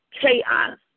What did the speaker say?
chaos